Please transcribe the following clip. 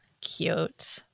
Cute